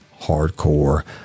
hardcore